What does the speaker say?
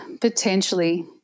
potentially